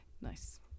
nice